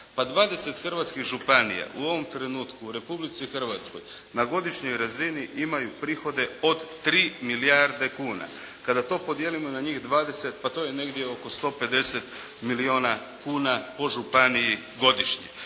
Pa 20 hrvatskih županija u ovom trenutku u Republici Hrvatskoj na godišnjoj razini imaju prihode od 3 milijarde kuna. Kada to podijelimo na njih 20 pa to je negdje oko 150 milijuna kuna po županiji godišnje.